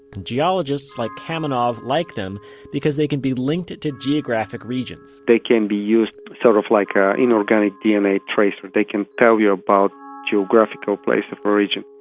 geologists like kamenov like them because they can be linked to geographic regions they can be used sort of like an inorganic dna tracer. they can tell you about geographical place of origin.